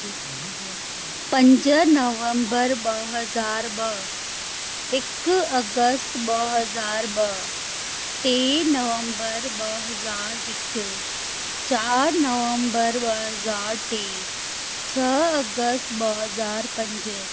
पंज नवंबर ॿ हज़ार ॿ हिकु अगस्त ॿ हज़ार ॿ टे नवंबर ॿ हज़ार हिकु चारि नवंबर ॿ हज़ार टे छह अगस्त ॿ हज़ार पंज